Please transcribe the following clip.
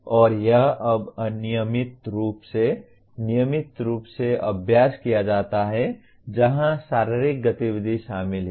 और यह अब नियमित रूप से अभ्यास किया जाता है जहां शारीरिक गतिविधि शामिल है